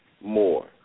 more